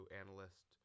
analyst